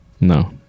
No